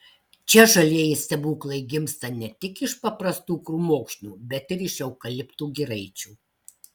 čia žalieji stebuklai gimsta ne tik iš paprastų krūmokšnių bet ir iš eukaliptų giraičių